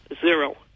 Zero